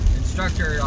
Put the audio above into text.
instructor